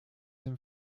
dem